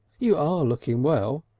you are looking well.